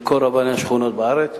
לכל רבני השכונות בארץ.